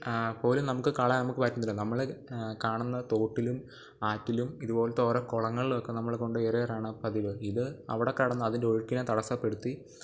പോലും നമുക്ക് കളയാൻ നമുക്കു പറ്റത്തില്ല നമ്മൾ കാണുന്ന തോട്ടിലും ആറ്റിലും ഇതുപോലത്തെ ഓരോ കുളങ്ങളിലുമൊക്കെ നമ്മൾ കൊണ്ടു പോയി എറിയാറാണ് പതിവ് ഇത് അവിടെ കിടന്നു അതിന്റെ ഒഴുക്കിനെ തടസ്സപ്പെടുത്തി